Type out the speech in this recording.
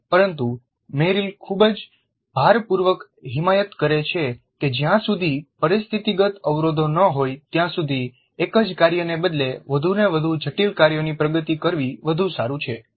પરંતુ મેરિલ ખૂબ ભારપૂર્વક હિમાયત કરે છે કે જ્યાં સુધી પરિસ્થિતિગત અવરોધો ન હોય ત્યાં સુધી એક જ કાર્યને બદલે વધુને વધુ જટિલ કાર્યોની પ્રગતિ કરવી વધુ સારું છે